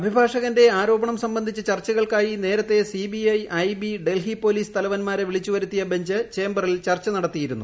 അഭിഭാഷകന്റെ ആരോപണം സംബന്ധിച്ച് ചർച്ചകൾക്കായി നേരത്തെ C B I I B Delhi police തലവന്മാരെ വിളിച്ചു വരുത്തിയ ബഞ്ച് ചേംബറിൽ ചർച്ച നടത്തിയിരുന്നു